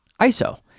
ISO